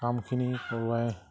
কামখিনি কৰোৱাই